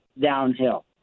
downhill